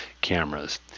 cameras